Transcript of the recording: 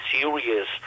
serious